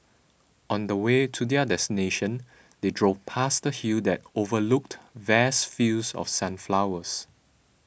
on the way to their destination they drove past a hill that overlooked vast fields of sunflowers